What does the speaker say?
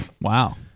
Wow